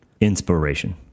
Inspiration